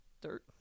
dirt